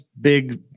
big